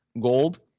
gold